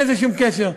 אין לזה שום קשר.